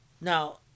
Now